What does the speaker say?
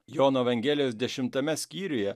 jono evangelijos dešimtame skyriuje